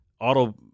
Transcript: auto